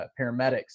paramedics